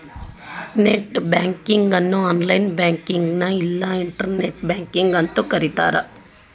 net banking ಅನ್ನು online ಬ್ಯಾಂಕಿಂಗ್ನ ಇಲ್ಲಾ ಇಂಟರ್ನೆಟ್ ಬ್ಯಾಂಕಿಂಗ್ ಅಂತೂ ಕರಿತಾರ